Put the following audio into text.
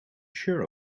sure